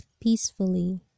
peacefully